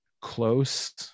close